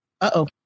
uh-oh